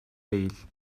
değil